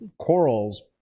corals